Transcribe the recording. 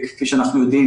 כפי שאנחנו יודעים,